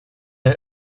est